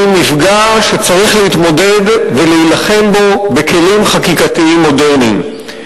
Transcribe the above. והיא מפגע שצריך להתמודד עמו ולהילחם בו בכלים חקיקתיים מודרניים.